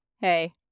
hey